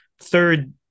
third